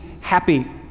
happy